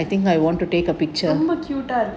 ரொம்ப:romba cute ah இருக்கீங்க:irukeenga